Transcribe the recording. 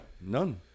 none